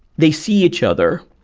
they see each other,